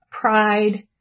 pride